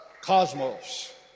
cosmos